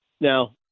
Now